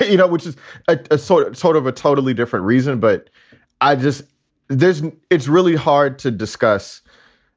you know, which is ah sort of sort of a totally different reason. but i just there's it's really hard to discuss